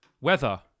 Weather